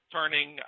turning